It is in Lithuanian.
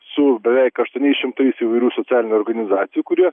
su beveik aštuoniais šimtais įvairių socialinių organizacijų kurie